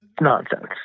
nonsense